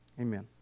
amen